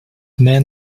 men